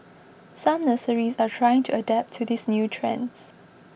some nurseries are trying to adapt to these new trends